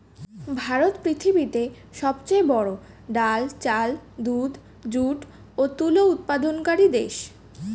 ভারত পৃথিবীতে সবচেয়ে বড়ো ডাল, চাল, দুধ, যুট ও তুলো উৎপাদনকারী দেশ